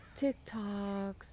TikToks